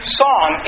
song